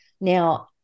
now